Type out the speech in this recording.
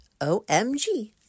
omg